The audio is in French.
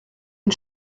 une